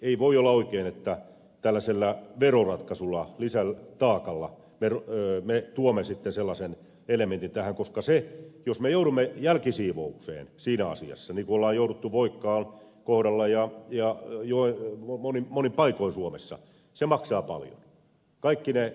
ei voi olla oikein että tällaisella veroratkaisulla lisätaakalla me tuomme sellaisen elementin tähän koska jos me joudumme jälkisiivoukseen siinä asiassa niin kuin on jouduttu voikkaan kohdalla ja monin paikoin suomessa se maksaa paljon